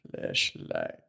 flashlight